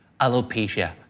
alopecia